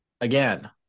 Again